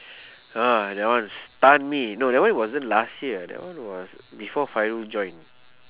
!wah! that one stun me no that one wasn't last year that one was before fairul join